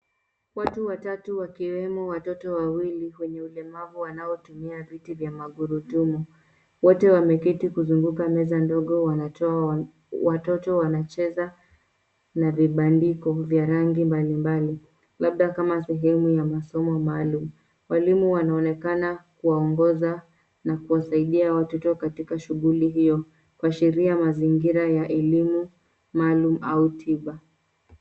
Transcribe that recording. Watu watatu wakiwemo watoto wawili wenye ulemavu wanaotumia viti vya magurudumu. Wote wameketi kuzunguka meza ndogo wanatoa, watoto wanacheza na vibandiko vya rangi mbalimbali labda kama sehemu ya masomo maalum. Walimu wanaonekana kuwaongoza na kuwasaidia watoto katika shughuli hiyo. Kwa sheria ya mazingira ya elimu maalum au tiba.